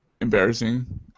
embarrassing